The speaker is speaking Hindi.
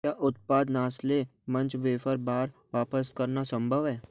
क्या उत्पाद नास्ले मंच वेफ़र बार वापस करना संभव है